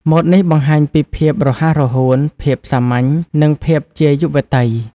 ម៉ូតនេះបង្ហាញពីភាពរហ័សរហួន ភាពសាមញ្ញ និងភាពជាយុវតី។